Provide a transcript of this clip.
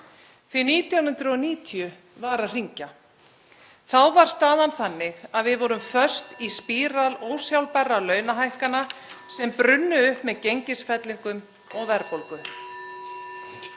því 1990 var að hringja. Þá var staðan þannig að við vorum föst í spíral ósjálfbærra launahækkana sem brunnu upp með gengisfellingum og verðbólgu.